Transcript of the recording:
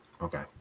Okay